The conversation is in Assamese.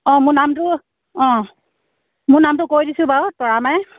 অ' মোৰ নামটো অ' মোৰ নামটো কৈ দিছোঁ বাৰু তৰামাই